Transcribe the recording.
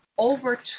Over